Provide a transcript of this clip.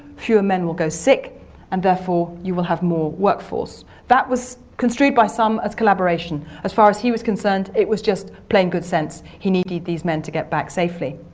fewer men will go sick and therefore you will have more workforce that was construed by some as collaboration. as far as he was concerned it was just plain good sense, he needed these men to get back safely.